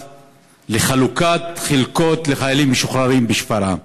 לחלוקת חלקות לחיילים משוחררים בשפרעם.